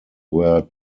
were